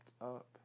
up